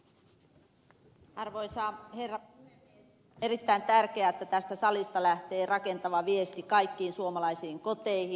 on erittäin tärkeää että tästä salista lähtee rakentava viesti kaikkiin suomalaisiin koteihin